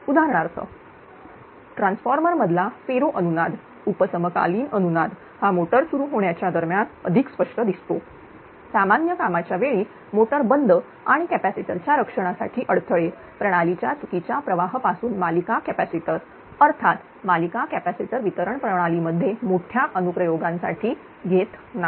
उदाहरणार्थट्रान्सफॉर्मर मधला फेरो अनुनाद उप समकालिक अनुनाद हा मोटर सुरु होण्याच्या दरम्यान अधिक स्पष्ट दिसतोसामान्य कामाच्या वेळी मोटर बंद आणि कॅपॅसिटर च्या रक्षणासाठी अडथळे प्रणालीच्या चुकीच्या प्रवाह पासून मालिका कॅपॅसिटर अर्थात मालिका कॅपॅसिटर वितरण प्रणाली मध्ये मोठ्या अनुप्रयोगांसाठी घेत नाही